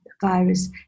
virus